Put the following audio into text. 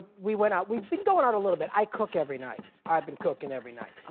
we went out. we'd been going out a little bit. i cook every night, i've been cooking every night.